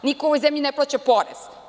Niko u ovoj zemlji ne plaća porez.